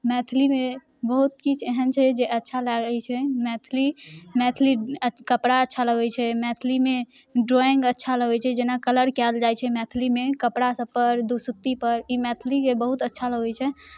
मैथिलीमे बहुत किछु एहन छै जे अच्छा लगैत छै मैथिली मैथिली कपड़ा अच्छा लगैत छै मैथिलीमे ड्रॉइंग अच्छा लगैत छै जेना कलर कयल जाइत छै मैथिलीमे कपड़ा सभपर दुसुत्तीपर ई मैथिलीके बहुत अच्छा लगैत छै